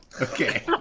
Okay